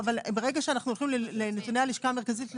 ברגע שאנו הולכים לנתוני הלשכה המרכזית לסטטיסטיקה,